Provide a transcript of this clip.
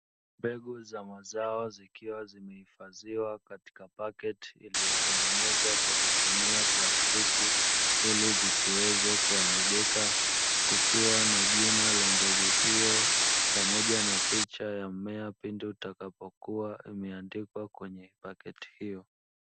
Mbegu zao zikiwa zimehifadhiwa katika paketi iliyotengenezwa kwa kutumia plastiki ili zisiweze kuharibika, kukiwa na jina la mbegu hiyo pamoja na picha ya mmea pindi utakapokua imeandikwa kwenye paketi hiyo.